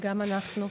גם אנחנו.